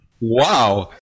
Wow